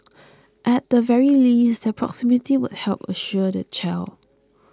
at the very least their proximity would help reassure their child